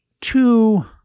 two